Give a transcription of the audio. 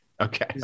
Okay